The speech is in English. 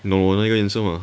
know 我哪个颜色吗